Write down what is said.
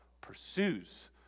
pursues